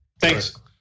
Thanks